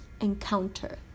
encounter